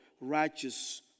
righteous